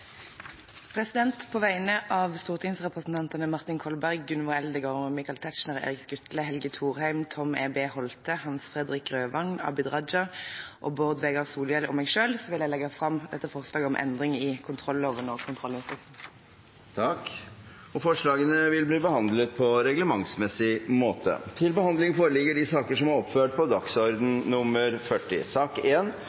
På vegne av stortingsrepresentantene Martin Kolberg, Gunvor Eldegard, Michael Tetzschner, Erik Skutle, Helge Thorheim, Tom E.B. Holthe, Hans Fredrik Grøvan, Abid Q. Raja, Bård Vegar Solhjell og meg selv vil jeg legge fram forslag om endringer i kontrolloven og kontrollinstruksen. Forslagene vil bli behandlet på reglementsmessig måte.